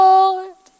Lord